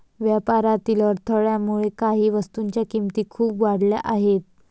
व्यापारातील अडथळ्यामुळे काही वस्तूंच्या किमती खूप वाढल्या आहेत